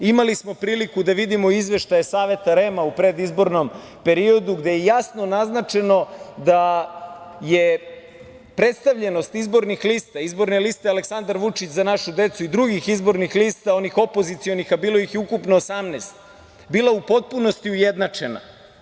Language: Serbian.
Imali smo priliku da vidimo izveštaje Saveta REM-a u predizbornom periodu, gde je jasno naznačeno da je predstavljenost izbornih lista, Izborne liste Aleksandar Vučić – Za našu decu i drugih izbornih lista, onih opozicionih, a bilo ih je ukupno 18, bila u potpunosti ujednačena.